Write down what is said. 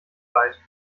breit